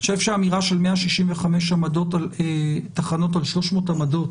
אני חושב שהאמירה של 165 תחנות על 300 עמדות,